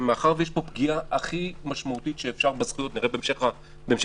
מאחר שיש פה את הפגיעה הכי משמעותית שיש בזכויות נראה בהמשך החוק,